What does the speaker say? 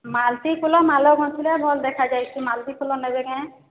ମାଳତୀ ଫୁଲ ମାଲ ଗୁନ୍ଥିଲେ ଭଲ ଦେଖା ଯାଇଛେ ମାଳତୀ ଫୁଲ ନେବ କେଁ